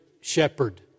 shepherd